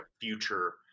future